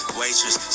waitress